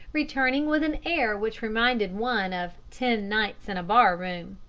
returning with an air which reminded one of ten nights in a bar-room.